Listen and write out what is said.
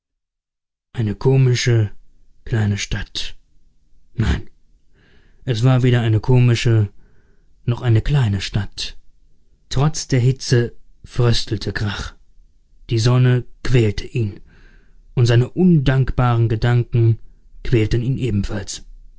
eine komische kleine stadt nein es war weder eine komische noch eine kleine stadt trotz der hitze fröstelte grach die sonne quälte ihn und seine undankbaren gedanken quälten ihn ebenfalls